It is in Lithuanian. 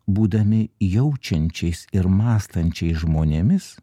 būdami jaučiančiais ir mąstančiais žmonėmis